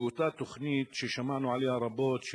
מאותה תוכנית ששמענו עליה רבות,